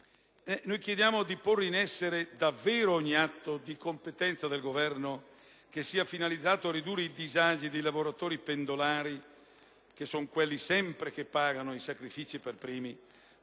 chiede di porre in essere davvero ogni atto di competenza del Governo che sia finalizzato a ridurre i disagi dei lavoratori pendolari che pagano sempre i sacrifici per primi,